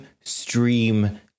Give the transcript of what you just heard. stream